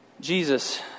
Jesus